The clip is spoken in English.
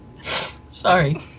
Sorry